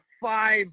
five